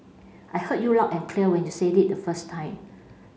I heard you loud and clear when you said it the first time